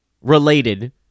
related